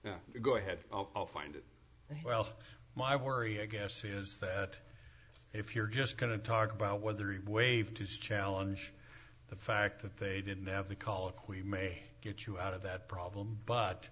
and go ahead i'll find it well my worry i guess is that if you're just going to talk about whether he waived his challenge the fact that they didn't have the colloquy may get you out of that problem but